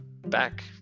back